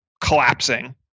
collapsing